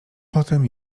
potem